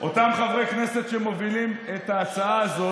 אותם חברי כנסת שמובילים את ההצעה הזאת,